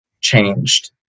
changed